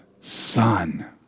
son